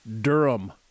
Durham